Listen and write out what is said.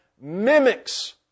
mimics